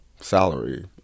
salary